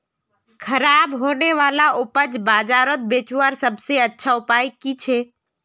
ख़राब होने वाला उपज बजारोत बेचावार सबसे अच्छा उपाय कि छे?